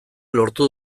lortu